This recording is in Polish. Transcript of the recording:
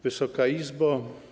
Wysoka Izbo!